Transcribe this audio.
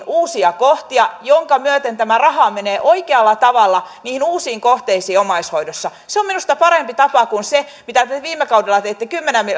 uusia kohtia joiden myötä tämä raha menee oikealla tavalla niihin uusiin kohteisiin omaishoidossa se on minusta parempi tapa kuin se mitä te viime kaudella teitte